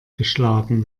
geschlagen